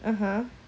(uh huh)